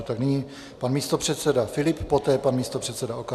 Tak nyní pan místopředseda Filip, poté pan místopředseda Okamura.